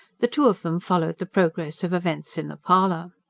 the two of them followed the progress of events in the parlour.